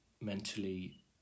mentally